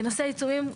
לגבי העיצומים,